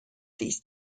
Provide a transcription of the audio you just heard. these